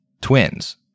twins